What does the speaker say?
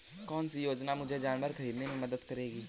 कौन सी योजना मुझे जानवर ख़रीदने में मदद करेगी?